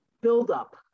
buildup